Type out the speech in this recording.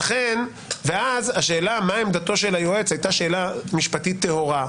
ואז השאלה מה עמדת היועץ הייתה שאלה משפטית טהורה,